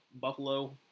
Buffalo